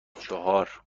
چهار